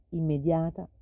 immediata